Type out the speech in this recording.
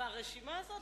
והרשימה הזאת,